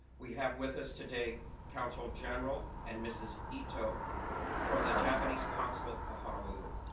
we have with us today counsel general and mrs. ito from the japanese consulate of honolulu.